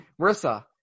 Marissa